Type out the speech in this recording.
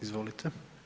Izvolite.